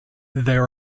there